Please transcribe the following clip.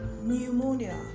pneumonia